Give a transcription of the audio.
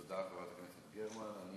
תודה, חברת הכנסת גרמן.